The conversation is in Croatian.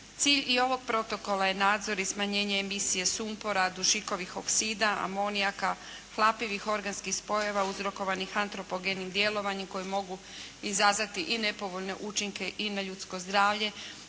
Cilj i ovog protokola je nadzor i smanjenje emisije sumpora, dušikovih oksida, amonijaka, hlapivih organskih spojeva uzrokovanih antropogenim djelovanjem koji mogu izazvati i nepovoljne učinke i na ljudsko zdravlje,